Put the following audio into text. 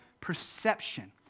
perception